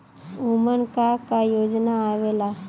उमन का का योजना आवेला?